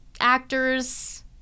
actors